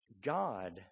God